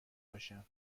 باشم